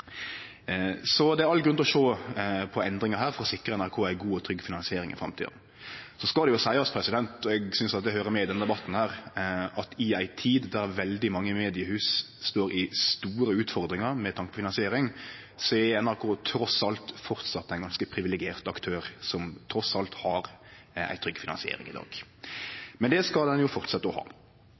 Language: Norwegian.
Det er all grunn til å sjå på endringar her for å sikre NRK ei god og trygg finansiering i framtida. Så skal det seiast, og eg synest det høyrer med i denne debatten, at i ei tid då veldig mange mediehus har store utfordringar med tanke på finansiering, er NRK framleis ein privilegert aktør som trass i alt har ei trygg finansiering i dag. Det skal dei fortsetje å ha.